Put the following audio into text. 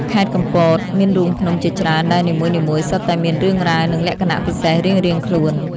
ខេត្តកំពតមានរូងភ្នំជាច្រើនដែលនីមួយៗសុទ្ធតែមានរឿងរ៉ាវ និងលក្ខណៈពិសេសរៀងៗខ្លួន។